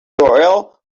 url